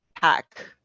pack